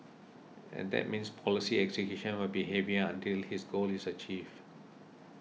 and that means policy execution will be heavier until his goal is achieved